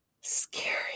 scary